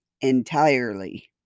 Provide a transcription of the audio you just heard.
entirely